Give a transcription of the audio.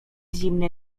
zimne